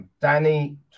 Danny